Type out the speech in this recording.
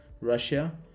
Russia